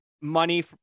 money